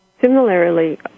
similarly